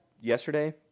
yesterday